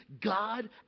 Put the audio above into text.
God